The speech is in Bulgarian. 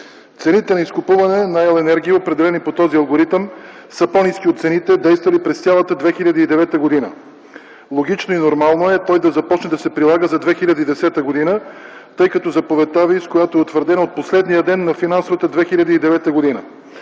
Цените на изкупуване на електроенергия, определени по този алгоритъм, са по-ниски от цените, действали през цялата 2009 г. Логично и нормално е той да започне да се прилага за 2010 г., тъй като заповедта Ви е от последния ден на финансовата 2009 г.